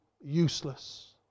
useless